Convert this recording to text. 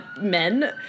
men